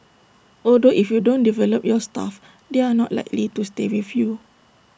although if you don't develop your staff they are not likely to stay with you